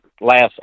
last